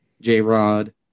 J-Rod